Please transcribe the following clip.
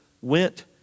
went